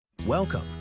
Welcome